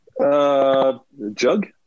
Jug